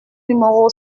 numéro